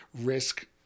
risk